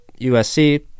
USC